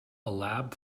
lab